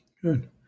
Good